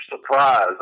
surprise